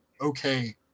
okay